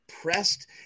pressed